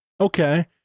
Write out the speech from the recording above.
Okay